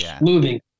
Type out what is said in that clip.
moving